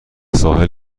ساحل